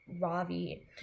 Ravi